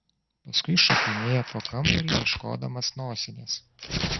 paskui šokinėja po kambarį ieškodamas nosinės